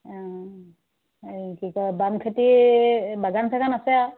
অঁ এই কি কয় বাম খেতি বাগান চাগান আছে আৰু